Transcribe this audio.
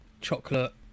chocolate